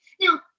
Now